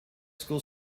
school